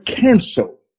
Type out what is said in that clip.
cancel